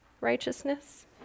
righteousness